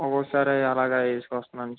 ఒకోసారి అలాగ వేసుకొస్తున్నాను సార్